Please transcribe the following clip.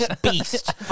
beast